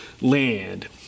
land